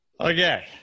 Okay